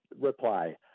reply